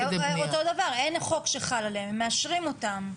או מתי אתם מתכננים להביא אותן?